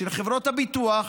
של חברות הביטוח,